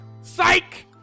Psych